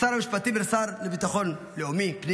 לשר המשפטים ולשר לביטחון לאומי, פנים,